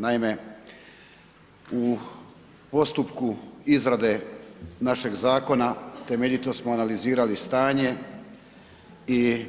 Naime, u postupku izrade našeg zakona temeljito smo analizirali stanje i